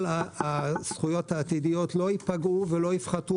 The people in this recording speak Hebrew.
כל הזכויות העתידיות לא ייפגעו ולא יפחתו